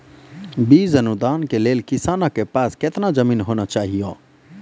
बीज अनुदान के लेल किसानों के पास केतना जमीन होना चहियों?